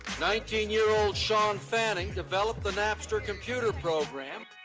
nineteen year old shawn fanning developed the napster computer program.